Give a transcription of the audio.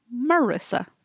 Marissa